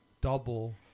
double